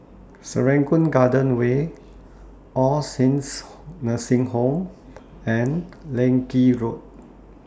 Serangoon Garden Way All Saints Nursing Home and Leng Kee Road